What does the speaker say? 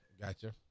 gotcha